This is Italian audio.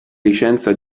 licenza